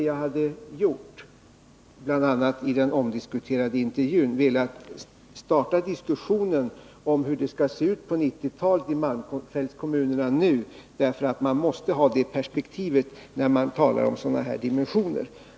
I bl.a. den omdiskuterade intervjun hade jag också velat starta diskussionen om hur det skall se ut på 1990-talet i malmfältskommunerna. Man måste ha det perspektivet när man talar om problem av sådana här dimensioner.